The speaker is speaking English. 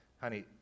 honey